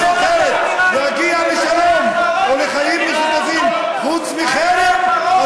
ואם אין לי דרך אחרת להגיע לשלום ולחיים משותפים חוץ מחרם,